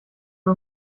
wir